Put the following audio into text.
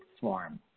form